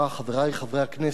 חברי חברי הכנסת,